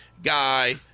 Guy